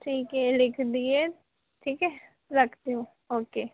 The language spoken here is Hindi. ठीक है लिख दिए ठीक है रखती हूँ ओके